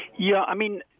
yeah, i mean,